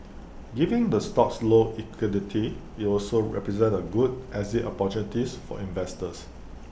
given the stock's low liquidity IT also presents A good exit opportunity for investors